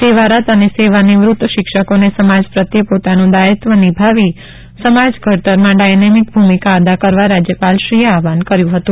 સેવારત અને સેવા નિવ્રત શિક્ષકોને સમાજ પ્રત્યે પોતાનું દાયિત્ય નિભાવીને સમાજ ઘડતરમાં ડાયનેમિક ભૂમિકા અદા કરવા રાજ્યપાલશ્રીએ આહવાન કર્યુ હતું